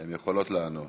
הן יכולות לענות.